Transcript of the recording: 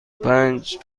پنج